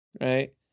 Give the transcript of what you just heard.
right